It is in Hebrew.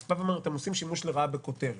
הוא בא ואמר: אתם עושים שימוש לרעה בכותרת,